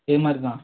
இது மாதிரி தான்